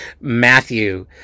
Matthew